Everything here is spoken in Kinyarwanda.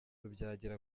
rubyagira